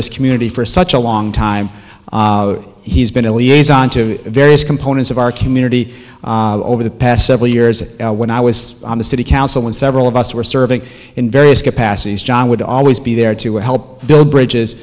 this community for such a long time he's been a liaison to various components of our community over the past several years when i was on the city council when several of us were serving in various capacities john would always be there to help build bridges